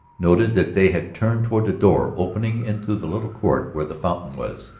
noted that they had turned toward the door opening into the little court where the fountain was,